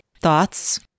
Thoughts